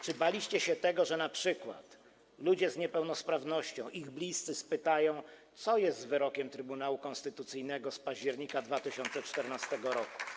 Czy baliście się tego, że np. ludzie z niepełnosprawnością i ich bliscy spytają, co dzieje się z wyrokiem Trybunału Konstytucyjnego z października 2014 r.